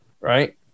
Right